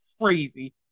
crazy